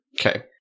Okay